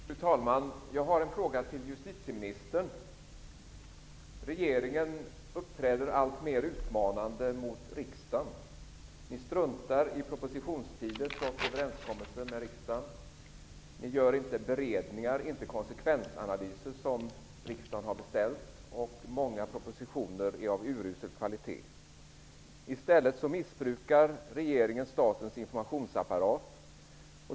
Fru talman! Jag har en fråga till justitieministern. Regeringen uppträder alltmer utmanande mot riksdagen. Ni struntar i propositionstider och överenskommelser med riksdagen. Ni gör inte beredningar och konsekvensanalyser som riksdagen har beställt. Många propositioner är av urusel kvalitet. I stället missbrukar regeringen statens informationsapparat.